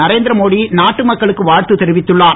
நரேந்திர மோடி நாட்டு மக்களுக்கு வாழ்த்து தெரிவித்துள்ளார்